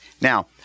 Now